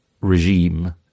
regime